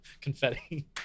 confetti